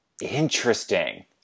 Interesting